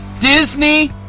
Disney